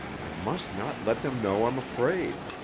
i must not let them know i'm afraid!